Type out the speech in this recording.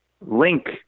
link